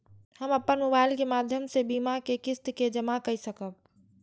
हम अपन मोबाइल के माध्यम से बीमा के किस्त के जमा कै सकब?